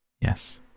Yes